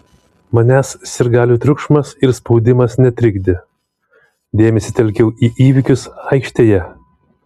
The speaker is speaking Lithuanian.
manęs sirgalių triukšmas ir spaudimas netrikdė dėmesį telkiau į įvykius aikštėje